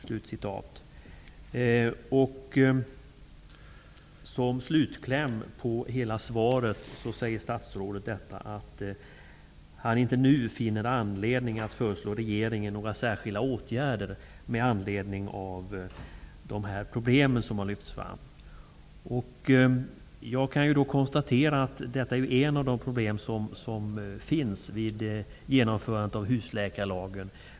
Som slutkläm på hela svaret säger statsrådet att han inte nu finner anledning att föreslå regeringen några särskilda åtgärder med anledning av de problem som har lyfts fram. Jag kan konstatera att detta är ett av de problem som finns vid genomförandet av husläkarreformen.